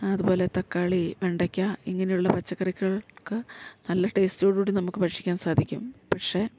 അതുപോലെ തക്കാളി വെണ്ടയ്ക്ക ഇങ്ങനെയുള്ള പച്ചക്കറികൾക്ക് നല്ല ടേസ്റ്റിലോടൂടി നമുക്ക് ഭക്ഷിക്കാൻ സാധിക്കും പക്ഷെ